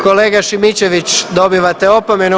Kolega Šimičević dobivate opomenu.